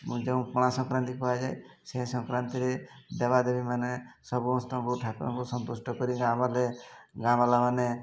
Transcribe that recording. ଯେଉଁ ପଣା ସଂକ୍ରାନ୍ତି କୁହାଯାଏ ସେ ସଂକ୍ରାନ୍ତିରେ ଦେବା ଦେବୀମାନେ ସମସ୍ତଙ୍କୁ ଠାକୁରଙ୍କୁ ସନ୍ତୁଷ୍ଟ କରି ଗାଁ ବାଲେ ଗାଁ ବାଲାମାନେ